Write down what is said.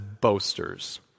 boasters